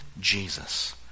Jesus